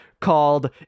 called